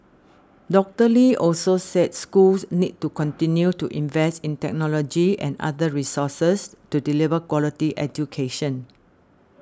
Doctor Lee also said schools need to continue to invest in technology and other resources to deliver quality education